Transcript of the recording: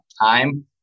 time